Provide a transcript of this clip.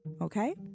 okay